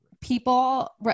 people